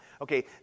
Okay